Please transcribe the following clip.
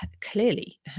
clearly